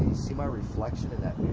see my reflection in that